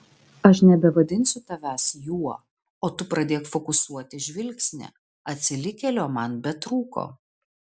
aš nebevadinsiu tavęs juo o tu pradėk fokusuoti žvilgsnį atsilikėlio man betrūko